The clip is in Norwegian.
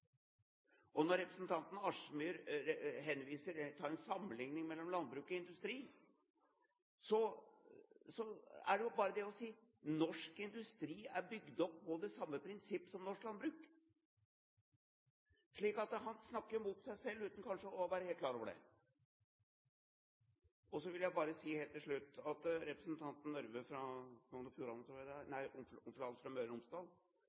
regulert. Når representanten Kielland Asmyhr tar en sammenligning mellom landbruk og industri, er det bare det å si: Norsk industri er bygd opp på det samme prinsippet som norsk landbruk. Han snakker mot seg selv uten kanskje å være helt klar over det. Så vil jeg bare si helt til slutt at representanten Røbekk Nørve fra Møre og Romsdal